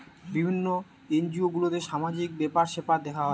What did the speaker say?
বিভিন্ন এনজিও গুলাতে সামাজিক ব্যাপার স্যাপার দেখা হয়